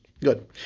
Good